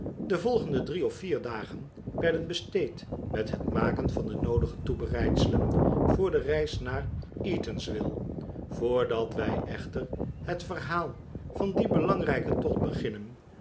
de volgende drie of vier dagen werden besteed met het maken van de noodige toebereidselen voor de reis naar eatanswill voordat wij echter het verhaal van dien belangrijken tocht beginnen